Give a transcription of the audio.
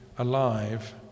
Alive